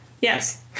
Yes